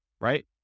right